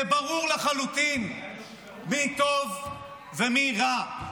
זה ברור לחלוטין מי טוב ומי רע.